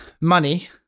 money